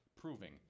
proving